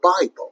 Bible